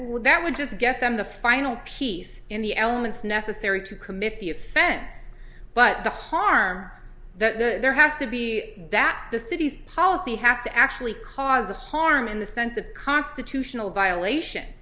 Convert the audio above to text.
would that would just get them the final piece in the elements necessary to commit the offense but the harm there has to be that the city's policy has to actually cause harm in the sense of constitutional violation